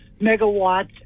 megawatts